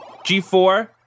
G4